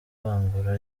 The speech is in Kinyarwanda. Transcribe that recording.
vangura